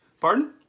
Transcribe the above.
Pardon